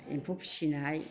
एम्फौ फिसिनाय